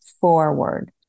forward